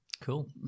Cool